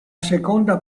seconda